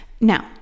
Now